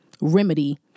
remedy